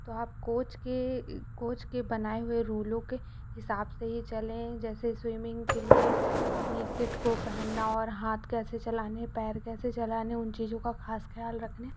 तो आप कोच के कोच के बनाए हुए रुलों के हिसाब से ही चलें जैसे स्विमिंग के लिए अपने किट को पहनना और हाथ कैसे चलाने पैर कैसे चलाने उन चीज़ों का खास ख़याल रखना